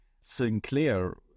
Sinclair